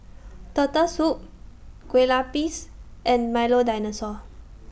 Turtle Soup Kueh Lapis and Milo Dinosaur